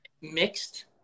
Mixed